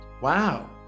Wow